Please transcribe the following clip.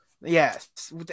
yes